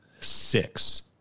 six